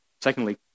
Secondly